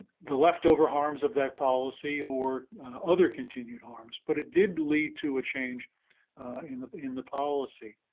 the leftover harms of that policy or other continued harms but it did lead to a change in the in the policy.